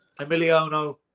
Emiliano